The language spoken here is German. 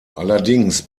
allerdings